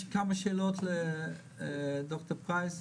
שאלות לד"ר פרייס.